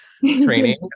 training